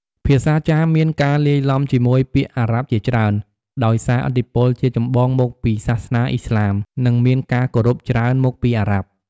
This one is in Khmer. ភាសាចាម មានការលាយឡំជាមួយពាក្យអារ៉ាប់ជាច្រើន ដោយសារឥទ្ធិពលជាចម្បងមកពី សាសនាអ៊ីស្លាម និងមានការគោរពច្រើនមកពីអារ៉ាប់។